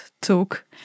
took